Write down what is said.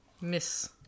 Miss